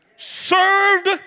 Served